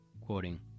quoting